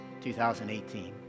2018